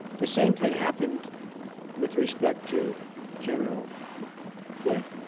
the same thing happened with respect to general flynn.